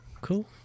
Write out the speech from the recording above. cool